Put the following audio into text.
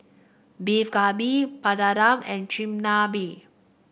Beef Galbi Papadum and Chigenabe